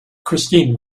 christine